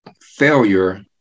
failure